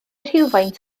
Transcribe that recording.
rhywfaint